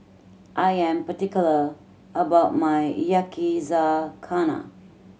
I am particular about my Yakizakana